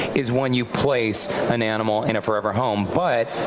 is when you place an animal in a forever home. but